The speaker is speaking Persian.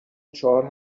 چهار